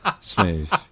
smooth